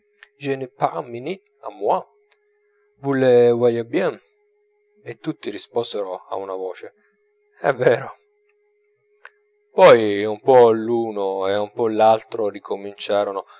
le voyez bien e tutti risposero a una voce è vero poi un po l'uno e un po l'altro ricominciarono